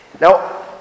Now